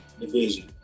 division